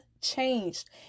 changed